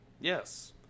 Yes